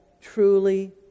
truly